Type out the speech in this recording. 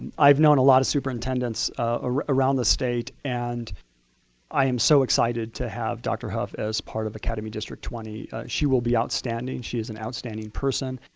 i've known a lot of superintendents ah around the state, and i am so excited to have dr. hough as part of academy district twenty. she will be outstanding. she is an outstanding person.